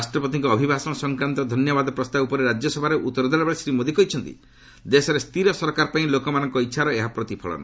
ରାଷ୍ଟ୍ରପତିଙ୍କ ଅଭିଭାଷଣ ସଂକ୍ରାନ୍ତ ଧନ୍ୟବାଦ ପ୍ରସ୍ତାବ ଉପରେ ରାଜ୍ୟସଭାରେ ଉତ୍ତର ଦେଲାବେଳେ ଶ୍ରୀ ମୋଦୀ କହିଛନ୍ତି ଦେଶରେ ସ୍ଥିର ସରକାର ପାଇଁ ଲୋକମାନଙ୍କର ଇଚ୍ଛାର ଏହା ପ୍ରତିଫଳନ